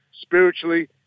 spiritually